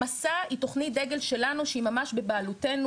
'מסע' היא תוכנית דגל שלנו שהיא ממש בבעלותנו,